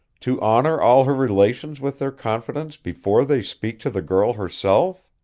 to honor all her relations with their confidence before they speak to the girl herself?